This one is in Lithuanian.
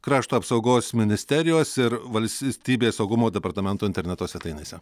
krašto apsaugos ministerijos ir valstybės saugumo departamento interneto svetainėse